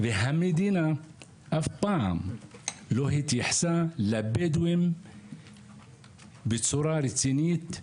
והמדינה אף פעם לא התייחסה לבדואים בצורה רצינית,